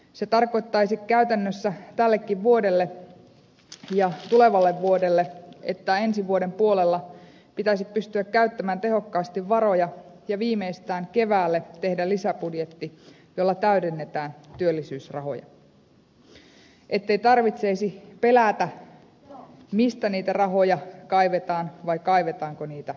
se tarkoittaisi käytännössä tällekin vuodelle ja tulevalle vuodelle että ensi vuoden puolella pitäisi pystyä käyttämään tehokkaasti varoja ja viimeistään kevääksi tehdä lisäbudjetti jolla täydennetään työllisyysrahoja ettei tarvitsisi pelätä mistä niitä rahoja kaivetaan vai kaivetaanko niitä mistään